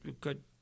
good